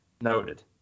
Noted